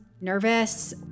nervous